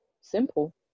simple